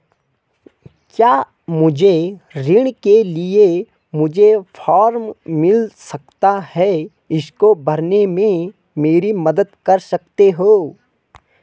क्या मुझे ऋण के लिए मुझे फार्म मिल सकता है इसको भरने में मेरी मदद कर सकते हो?